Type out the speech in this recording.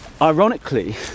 Ironically